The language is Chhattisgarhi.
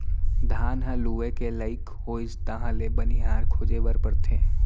धान ह लूए के लइक होइस तहाँ ले बनिहार खोजे बर परथे